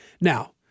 Now